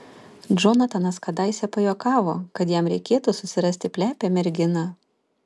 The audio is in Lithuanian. džonatanas kadaise pajuokavo kad jam reikėtų susirasti plepią merginą